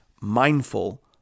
mindful